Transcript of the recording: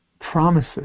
promises